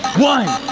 one,